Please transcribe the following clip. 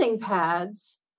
pads